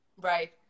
Right